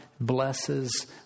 blesses